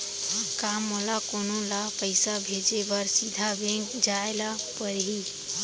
का मोला कोनो ल पइसा भेजे बर सीधा बैंक जाय ला परही?